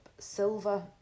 silver